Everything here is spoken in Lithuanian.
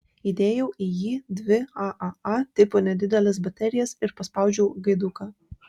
įdėjau į jį dvi aaa tipo nedideles baterijas ir paspaudžiau gaiduką